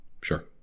Sure